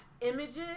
images